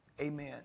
Amen